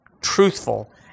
truthful